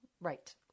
Right